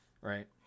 right